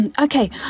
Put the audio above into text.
Okay